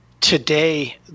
today